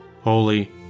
holy